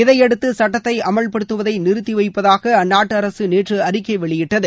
இதையடுத்து சட்டத்தை அமல்படுத்துவதை நிறுத்தி வைப்பதாக அந்நாட்டு அரசு நேற்று அறிக்கை வெளியிட்டது